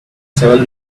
several